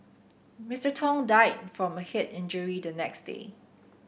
Mister Tong died from a head injury the next day